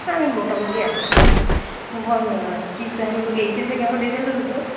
আমি মোটামুটি আছি আর কি বল কী প্ল্যান করলি এইচএসে কেমন রেজাল্ট হলো তোর